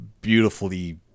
beautifully